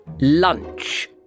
Lunch